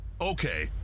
Okay